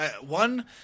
One